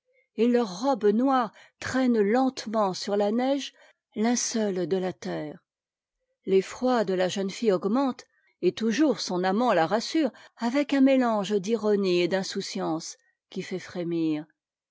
et leur robe noire traîne lentement sur la neige linceul de la terre l'effroi de la jeune fille augmente et toujours son amant la rassure avec un mélange d'ironie et d'insouciance qui fait frémir